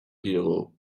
hero